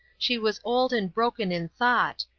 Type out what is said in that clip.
she was old and broken in thought,